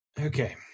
Okay